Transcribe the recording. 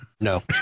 No